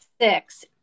six